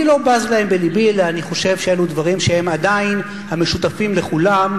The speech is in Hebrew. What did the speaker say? אני לא בז בהם בלבי אלא אני חושב שאלו דברים שהם עדיין המשותפים לכולם.